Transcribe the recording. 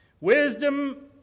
Wisdom